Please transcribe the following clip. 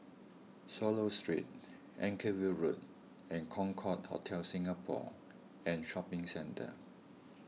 Swallow Street Anchorvale Road and Concorde Hotel Singapore and Shopping Centre